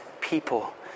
people